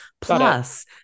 Plus